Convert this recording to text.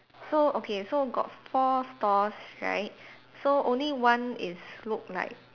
so okay so got four stores right so only one is look like